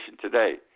today